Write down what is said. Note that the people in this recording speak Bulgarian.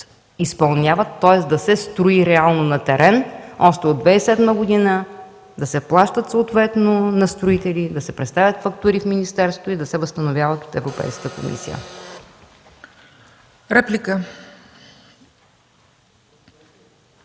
изпълняват, тоест да се строи реално на терен, още от 2007 г. да се плащат съответно на строители, да се представят фактури в министерството и да се възстановяват от Европейската комисия.